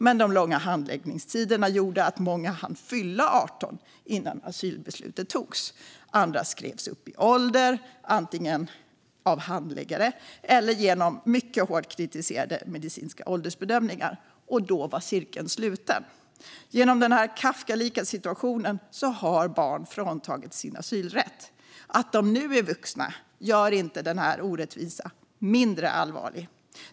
Men de långa handläggningstiderna gjorde att många hann fylla 18 innan asylbeslutet togs. Andra skrevs upp i ålder, antingen av handläggare eller genom mycket hårt kritiserade medicinska åldersbedömningar. Då var cirkeln sluten. Genom denna Kafkaliknande situation har barn fråntagits sin asylrätt. Att de nu är vuxna gör inte denna orättvisa mindre allvarlig.